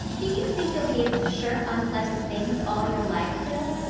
do you think you'll be able to shirk unpleasant things all your life, phil?